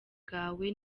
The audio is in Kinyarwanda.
bwawe